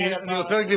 ודאי אתה,